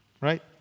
right